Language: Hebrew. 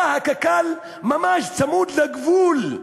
באה קק"ל ממש צמוד לגבול,